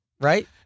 right